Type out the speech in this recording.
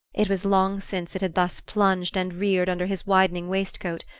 it was long since it had thus plunged and reared under his widening waistcoat,